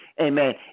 amen